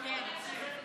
כן,